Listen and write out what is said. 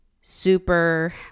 super